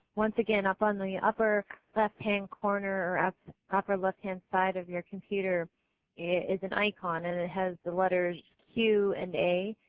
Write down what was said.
once again up on the upper left hand corner or upper left hand side of your computer is an icon and it has the letters q and a.